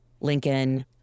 Lincoln